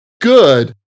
good